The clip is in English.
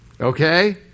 okay